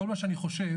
כל מה שאני חושב,